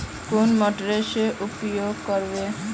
कौन मोटर के उपयोग करवे?